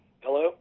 Hello